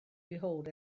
behold